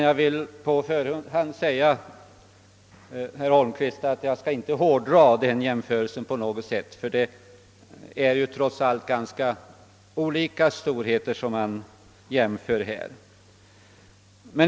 Jag vill då på förhand säga herr Holmqvist att jag inte skall hårdra denna jämförelse på något sätt, ty det är trots allt ganska olika storheter som här jämförs.